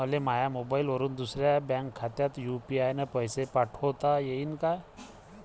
मले माह्या मोबाईलवरून दुसऱ्या बँक खात्यात यू.पी.आय न पैसे पाठोता येईन काय?